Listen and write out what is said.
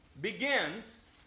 begins